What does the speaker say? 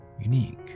unique